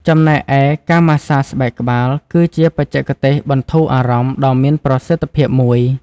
ចំណែកឯ ការម៉ាស្សាស្បែកក្បាល គឺជាបច្ចេកទេសបន្ធូរអារម្មណ៍ដ៏មានប្រសិទ្ធភាពមួយ។